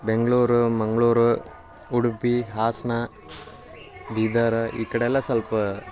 ಬೆಂಗಳೂರು ಮಂಗಳೂರು ಉಡುಪಿ ಹಾಸನ ಬೀದರ್ ಈ ಕಡೆಯೆಲ್ಲ ಸ್ವಲ್ಪ